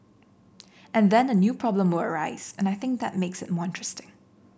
and then a new problem will arise and I think that makes it more interesting